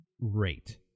rate